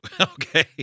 Okay